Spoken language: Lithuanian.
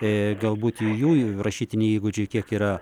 ir galbūt jų rašytiniai įgūdžiai kiek yra